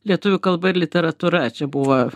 lietuvių kalba ir literatūra čia buvo